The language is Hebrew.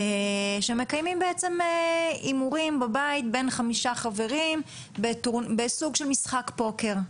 שמקיימים בעצם הימורים בבית בין חמישה חברים בסוג של משחק פוקר.